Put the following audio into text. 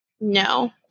No